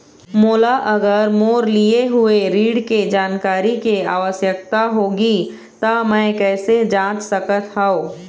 मोला अगर मोर लिए हुए ऋण के जानकारी के आवश्यकता होगी त मैं कैसे जांच सकत हव?